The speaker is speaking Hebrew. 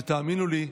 ותאמינו לי,